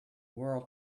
world